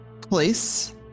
place